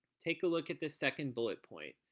take a look at the second bullet point.